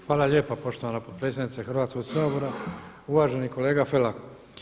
Hvala lijepa poštovana potpredsjednice Hrvatskog sabora, uvaženi kolega Felak.